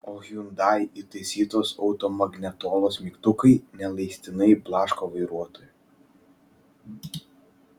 o hyundai įtaisytos automagnetolos mygtukai neleistinai blaško vairuotoją